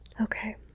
Okay